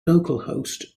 localhost